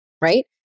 right